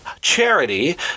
charity